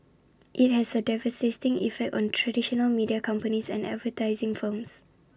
IT has had A devastating effect on traditional media companies and advertising firms